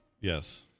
yes